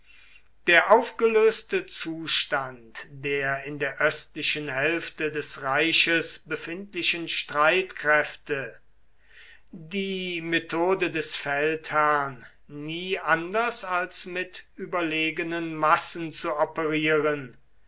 der aufgelöste zustand der in der östlichen hälfte des reiches befindlichen streitkräfte die methode des feldherrn nie anders als mit überlegenen massen zu operieren